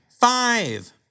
five